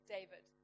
David